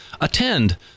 attend